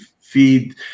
feed